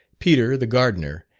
peter, the gardener,